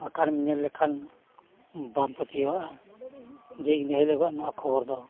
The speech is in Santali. ᱟᱠᱷᱟᱱᱮᱢ ᱧᱮᱞ ᱞᱮᱠᱷᱟᱱ ᱵᱟᱢ ᱯᱟᱹᱛᱭᱟᱹᱣᱟᱜᱼᱟ ᱡᱮ ᱤᱱᱟᱹ ᱦᱤᱞᱚᱜᱟᱜ ᱱᱚᱣᱟ ᱠᱷᱚᱵᱚᱨ ᱫᱚ